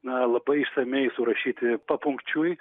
na labai išsamiai surašyti papunkčiui